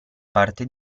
parte